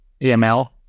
AML